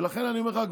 ולכן אני אומר לך,